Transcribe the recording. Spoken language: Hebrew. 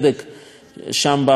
שם בהחלטה המקורית,